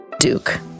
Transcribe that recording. Duke